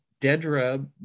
Dedra